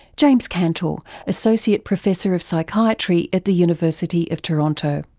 james cantor, associate professor of psychiatry at the university of toronto.